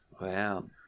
Wow